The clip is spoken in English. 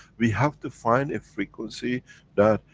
we have to find a frequency that,